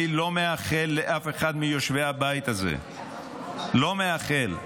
אני לא מאחל לאף אחד מיושבי הבית הזה, לא מאחל,